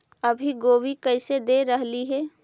अभी गोभी कैसे दे रहलई हे?